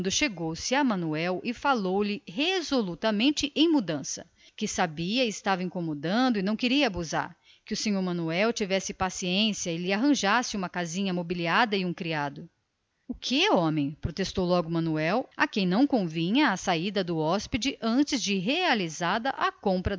a manuel e falou-lhe resolutamente em mudança que sabia estava incomodando e não queria abusar o sr manuel que tivesse paciência e lhe arranjasse uma casinha mobiliada e um criado o quê homem protestou logo manuel a quem não convinha a mudança do seu hóspede antes de realizada a compra